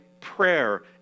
Prayer